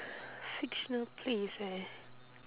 fictional place eh